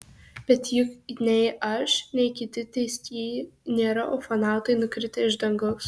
bet juk nei aš nei kiti teistieji nėra ufonautai nukritę iš dangaus